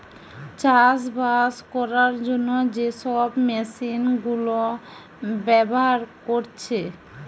চাষবাস কোরার জন্যে যে সব মেশিন গুলা ব্যাভার কোরছে